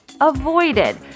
avoided